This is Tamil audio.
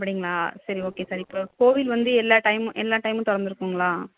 அப்படிங்ளா சரி ஓகே சார் இப்போ கோவில் வந்து எல்லா டைமும் எல்லா டைமும் திறந்துருக்குங்ளா